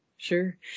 Sure